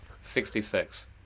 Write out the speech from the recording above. Sixty-six